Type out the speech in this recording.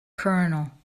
colonel